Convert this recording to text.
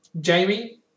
Jamie